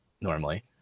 normally